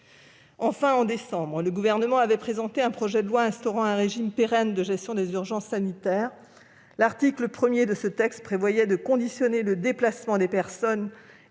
Enfin, en décembre, le Gouvernement avait présenté un projet de loi instituant un régime pérenne de gestion des urgences sanitaires. L'article 1 de ce texte prévoyait de subordonner le déplacement des personnes